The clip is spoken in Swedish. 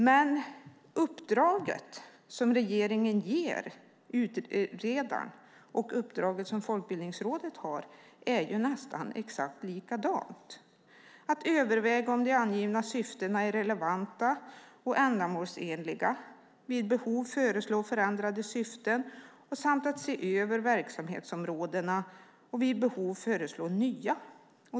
Men uppdraget som regeringen ger utredaren och uppdraget som Folkbildningsrådet har är nästan exakt likadana, nämligen att överväga om de angivna syftena är relevanta och ändamålsenliga, vid behov föreslå förändrade syften samt att se över verksamhetsområdena och vid behov föreslå nya.